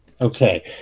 Okay